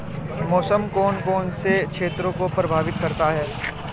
मौसम कौन कौन से क्षेत्रों को प्रभावित करता है?